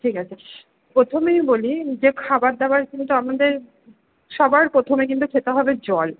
ঠিক আছে প্রথমেই বলি যে খাবার দাবার কিন্তু আমাদের সবার প্রথমে কিন্তু খেতে হবে জল